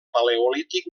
paleolític